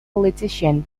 politician